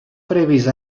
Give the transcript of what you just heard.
previst